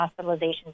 hospitalizations